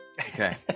okay